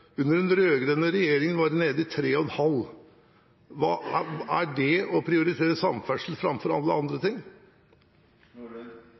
Under den rød-grønne regjeringen var det nede i 3,5 pst. Er det å prioritere samferdsel framfor alle andre ting?